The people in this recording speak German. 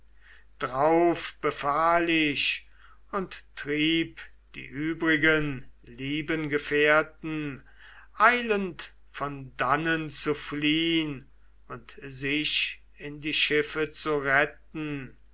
drauf befahl ich und trieb die übrigen lieben gefährten eilend von dannen zu fliehn und sich in die schiffe zu retten